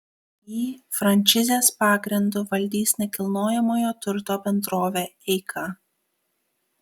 jį franšizės pagrindu valdys nekilnojamojo turto bendrovė eika